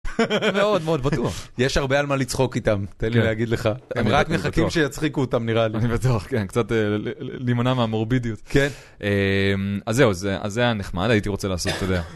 מאוד מאוד בטוח יש הרבה על מה לצחוק איתם תן לי להגיד לך הם רק מחכים שיצחיקו אותם נראה לי קצת להמנע מהמורבידיות כן אז זהו זה היה נחמד הייתי רוצה לעשות את זה.